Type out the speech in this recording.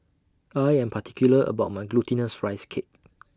I Am particular about My Glutinous Rice Cake